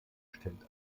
stellt